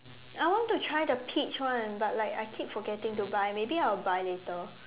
I want to try the peach one but like I keep forgetting to buy maybe I'll buy later